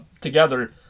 together